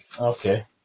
Okay